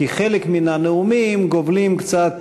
כי חלק מהנאומים גובלים קצת